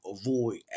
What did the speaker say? avoid